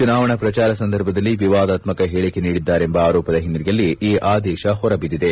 ಚುನಾವಣಾ ಪ್ರಚಾರ ಸಂದರ್ಭದಲ್ಲಿ ವಿವಾದಾತ್ಮಕ ಹೇಳಕೆ ನೀಡಿದ್ದಾರೆಂಬ ಆರೋಪದ ಹಿನ್ನೆಲೆಯಲ್ಲಿ ಈ ಆದೇಶ ಹೊರಬಿದ್ದಿದೆ